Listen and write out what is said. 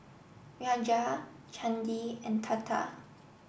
Raja Chandi and Tata